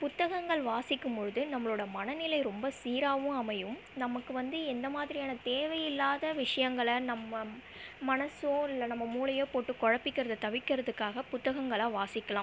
புத்தகங்கள் வாசிக்கும் பொழுது நம்ளோட மனநிலை ரொம்ப சீராகவும் அமையும் நமக்கு வந்து எந்த மாதிரியான தேவையில்லாத விஷயங்களை நம்ம மனசோ இல்லை நம்ம மூளையோ போட்டு குழப்பிக்கிறத தவிக்கிறதுக்காக புத்தகங்களை வாசிக்கலாம்